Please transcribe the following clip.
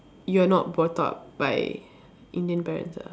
you are not brought up by Indian parents ah